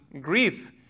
grief